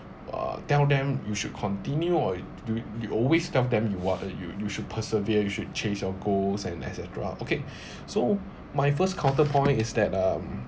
uh tell them you should continue or you always tell them you what uh you you should persevere you should change your goals and et cetera okay so my first counterpoint is that um